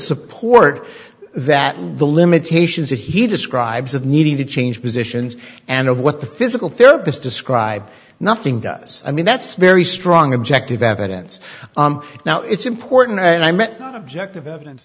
support that the limitations that he describes of needing to change positions and what the physical therapist describe nothing does i mean that's very strong objective evidence now it's important and i met not objective evidence